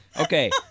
Okay